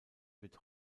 wird